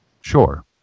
Sure